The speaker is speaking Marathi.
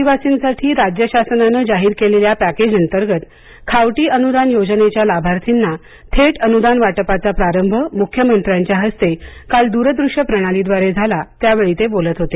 आदिवासींसाठी राज्य शासनानं जाहीर केलेल्या पॅकेजअंतर्गत खावटी अनुदान योजनेच्या लाभार्थींना थेट अनुदान वाटपाचा प्रारंभ मुख्यमंत्र्याच्या हस्ते काल दूरदृष्य प्रणालीद्वारे झाला त्यावेळी ते बोलत होते